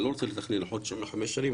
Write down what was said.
אני לא רוצה לתכנן ל-5 שנים,